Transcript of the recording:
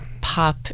pop